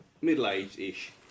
middle-aged-ish